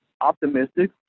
optimistic